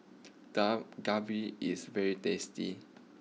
Dak Galbi is very tasty